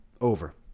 Over